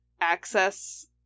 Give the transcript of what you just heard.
access